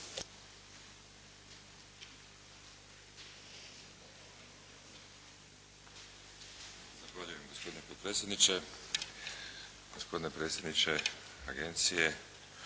Zahvaljujem gospodine potpredsjedniče, gospodine predsjedniče agencije.